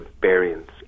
variants